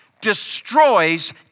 destroys